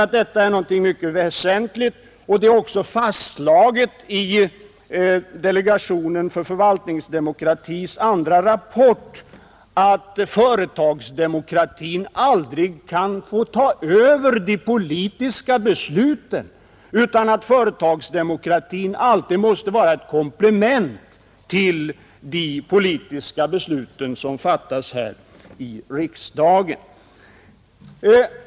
Det är nämligen någonting mycket väsentligt — som också har fastslagits i den andra rapporten från delegationen för förvaltningsdemokrati — att företagsdemokratin aldrig kan få ta över de politiska besluten, utan att företagsdemokratin alltid måste vara ett komplement till de politiska beslut som fattas här i riksdagen.